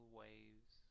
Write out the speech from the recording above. waves